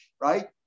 right